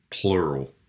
Plural